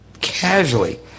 casually